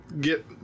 get